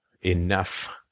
enough